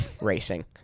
racing